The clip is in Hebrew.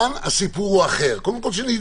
כאן הסיפור הוא אחר, וקודם כל שנדע.